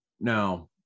Now